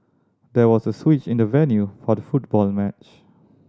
there was a switch in the venue for the football match